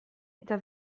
eta